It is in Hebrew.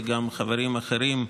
וגם חברים אחרים,